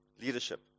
Leadership